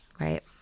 right